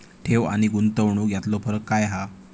ठेव आनी गुंतवणूक यातलो फरक काय हा?